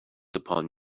upon